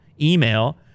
email